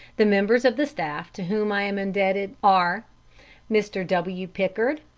the members of the staff to whom i am indebted are mr. w. pickard,